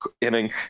inning